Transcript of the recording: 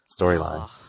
storyline